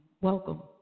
Welcome